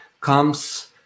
comes